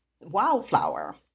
wildflower